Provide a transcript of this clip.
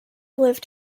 lived